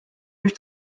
biex